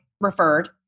referred